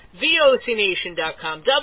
VOCNation.com